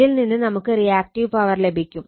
ഇതിൽ നിന്ന് നമുക്ക് റിയാക്ടീവ് പവർ ലഭിക്കും